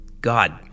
God